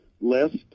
list